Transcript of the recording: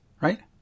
right